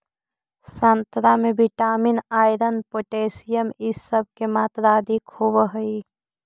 संतरा में vitamin, iron, potassium इ सब के मात्रा अधिक होवऽ हई